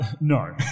No